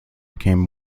became